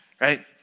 Right